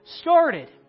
started